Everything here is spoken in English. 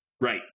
Right